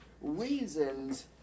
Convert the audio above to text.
reasons